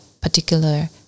particular